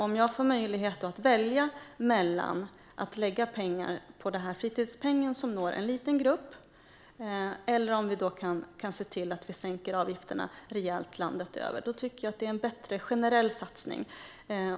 Om jag får möjlighet att välja mellan att lägga pengar på fritidspengen, som når en liten grupp, eller på att sänka avgifterna rejält landet över tycker jag att det är senare är en bättre generell satsning.